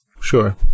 sure